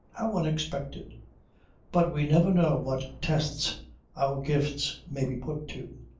how unexpected! but we never know what tests our gifts may be put to.